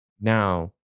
now